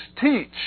teach